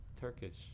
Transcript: Turkish